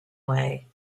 way